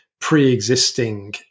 pre-existing